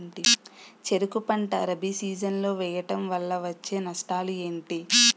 చెరుకు పంట రబీ సీజన్ లో వేయటం వల్ల వచ్చే నష్టాలు ఏంటి?